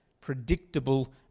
predictable